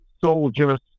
soldiers